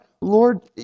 Lord